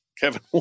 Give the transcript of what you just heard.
kevin